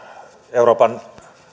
euroopan